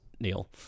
neil